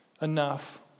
enough